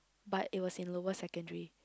but it was in lower secondary